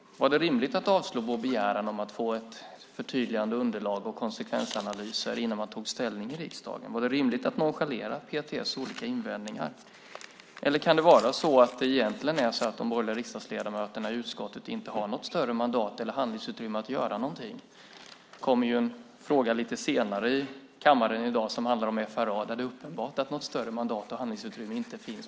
Var det rimligt att avslå vår begäran om att få ett förtydligande underlag och konsekvensanalyser innan man tog ställning i riksdagen? Var det rimligt att nonchalera PTS olika invändningar? Eller kan det vara så att de borgerliga riksdagsledamöterna i utskottet egentligen inte har något större mandat eller handlingsutrymme att göra någonting? Det kommer en fråga lite senare i dag i kammaren som handlar om FRA. Där är det uppenbart att något större mandat eller handlingsutrymme inte finns.